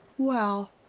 well.